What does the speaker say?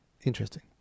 interesting